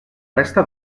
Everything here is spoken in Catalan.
resta